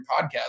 podcast